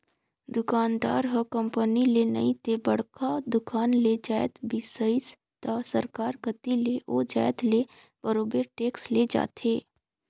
दुकानदार ह कंपनी ले नइ ते बड़का दुकान ले जाएत बिसइस त सरकार कती ले ओ जाएत ले बरोबेर टेक्स ले जाथे